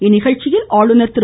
இந்நிகழ்ச்சியில் ஆளுநர் திரு